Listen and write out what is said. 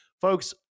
folks